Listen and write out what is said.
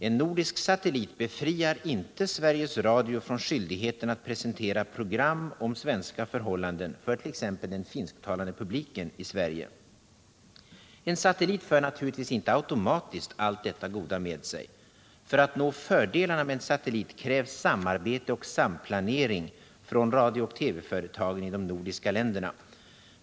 En nordisk satellit befriar inte Sveriges Radio från skyldigheten att presentera program om svenska förhållanden för t.ex. den finsktalande publiken i Sverige. En TV-satellit för naturligtvis inte automatiskt allt detta goda med sig. För att nå fördelarna med en satellit krävs samarbete och samplanering från radiooch TV-företagen i de nordiska länderna.